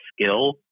skill